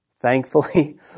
Thankfully